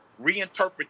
reinterpret